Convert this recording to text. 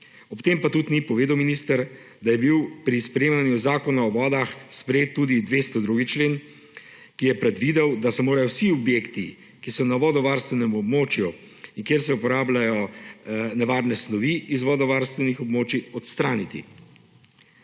Ob tem pa minister ni povedal, da je bil pri sprejemanju Zakona o vodah sprejet tudi 202. člen, ki je predvidel, da se morajo vsi objekti, ki so na vodovarstvenem območju in kjer se uporabljajo nevarne snovi, z vodovarstvenih območij odstraniti.